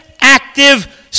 active